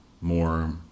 more